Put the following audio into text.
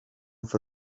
for